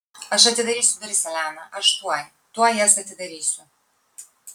aš atidarysiu duris elena aš tuoj tuoj jas atidarysiu